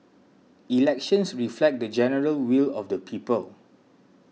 elections reflect the general will of the people